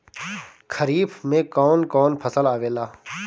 खरीफ में कौन कौन फसल आवेला?